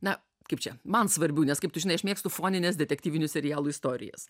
na kaip čia man svarbiu nes kaip tu žinai aš mėgstu fonines detektyvinių serialų istorijas